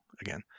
again